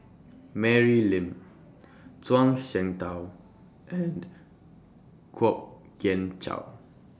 Mary Lim Zhuang Shengtao and Kwok Kian Chow